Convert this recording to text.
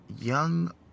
young